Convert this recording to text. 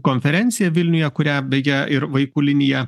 konferencija vilniuje kurią beje ir vaikų linija